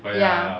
ya